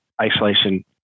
isolation